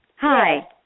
Hi